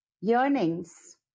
yearnings